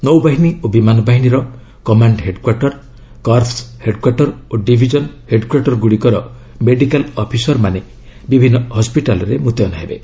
ନୌବାହିନୀ ଓ ବିମାନ ବାହିନୀର କମାଣ୍ଡ ହେଡ୍କ୍ୱାର୍ଟର୍ କର୍ପସ୍ ହେଡ୍କ୍ୱାର୍ଟର୍ ଓ ଡିଭିଜନ୍ ହେଡ୍କ୍ୱାର୍ଟର୍ ଗୁଡ଼ିକର ମେଡିକାଲ ଅଫିସରମାନେ ବିଭିନ୍ନ ହସ୍କିଟାଲ୍ରେ ମୁତୟନ ହେବେ